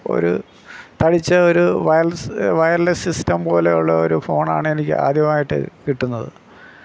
ഒരു തടിച്ച ഒരു വയൽസ് വയർലെസ് സിസ്റ്റം പോലെയുള്ള ഒരു ഫോൺ ആണ് എനിക്ക് ആദ്യമായിട്ട് കിട്ടുന്നത്